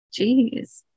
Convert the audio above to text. Jeez